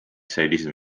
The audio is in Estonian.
selliseid